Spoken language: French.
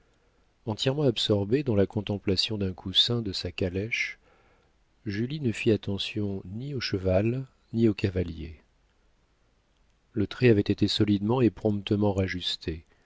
entièrement absorbée dans la contemplation d'un coussin de sa calèche julie ne fit attention ni au cheval ni au cavalier le trait avait été solidement et promptement rajusté